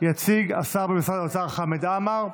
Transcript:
יציג השר במשרד האוצר חמד עמאר.